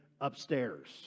upstairs